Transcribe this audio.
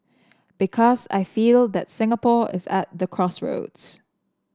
because I feel that Singapore is at the crossroads